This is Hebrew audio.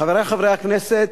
חברי חברי הכנסת,